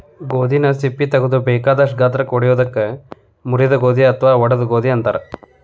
ಗೋಧಿನ ಸಿಪ್ಪಿ ತಗದು ಬೇಕಾದಷ್ಟ ಗಾತ್ರಕ್ಕ ಒಡಿಯೋದಕ್ಕ ಮುರಿದ ಗೋಧಿ ಅತ್ವಾ ಒಡದ ಗೋಧಿ ಅಂತಾರ